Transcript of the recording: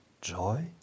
Joy